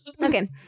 Okay